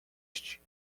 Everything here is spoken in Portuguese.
existe